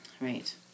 Right